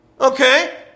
Okay